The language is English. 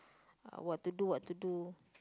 what to do what to do